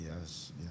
Yes